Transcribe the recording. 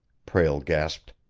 prale gasped.